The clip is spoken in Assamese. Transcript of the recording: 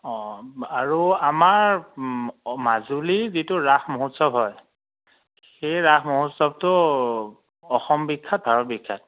অঁ আৰু আমাৰ মাজুলীৰ যিটো ৰাস মহোৎসৱ হয় সেই ৰাস মহোৎসৱটো অসম বিখ্যাত আৰু ভাৰত বিখ্যাত